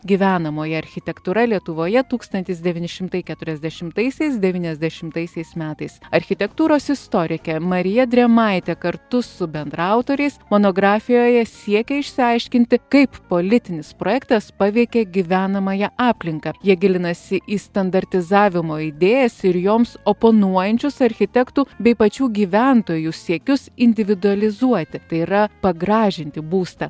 gyvenamoji architektūra lietuvoje tūkstantis devyni šimtai keturiasdešimtaisiais devyniasdešimtaisiais metais architektūros istorikė marija drėmaitė kartu su bendraautoriais monografijoje siekia išsiaiškinti kaip politinis projektas paveikė gyvenamąją aplinką jie gilinasi į standartizavimo idėjas ir joms oponuojančius architektų bei pačių gyventojų siekius individualizuoti tai yra pagražinti būstą